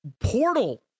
portal